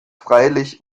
freilich